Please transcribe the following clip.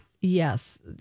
Yes